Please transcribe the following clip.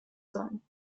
sein